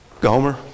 Gomer